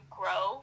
grow